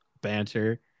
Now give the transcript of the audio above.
banter